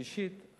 שלישית,